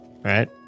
right